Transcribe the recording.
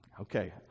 okay